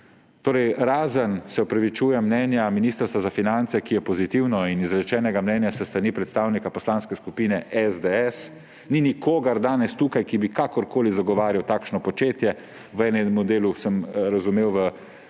Razen – se opravičujem – mnenja Ministrstva za finance, ki je pozitivno, in izrečenega mnenja s strani predstavnika Poslanske skupine SDS ni nikogar danes tukaj, ki bi kakorkoli zagovarjal takšno početje. V enem delu sem razumel v